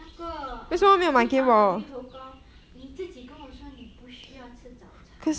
那个猪肠粉芋头糕你自己跟我说你不需要吃早餐